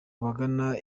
abagana